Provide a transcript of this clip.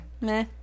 Meh